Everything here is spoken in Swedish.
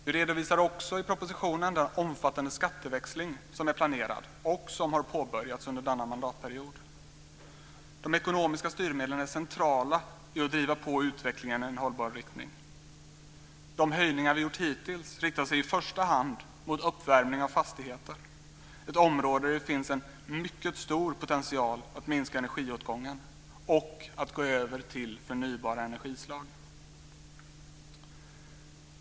Vi redovisar också i propositionen den omfattande skatteväxling som är planerad och som har påbörjats under denna mandatperiod. De ekonomiska styrmedlen är centrala för att driva på utvecklingen i en hållbar riktning. De höjningar som vi hittills har gjort riktar sig i första hand mot uppvärmning av fastigheter, ett område där det finns en mycket stor potential att minska energiåtgången och att gå över till förnybara energislag.